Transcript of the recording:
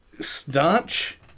staunch